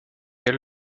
elle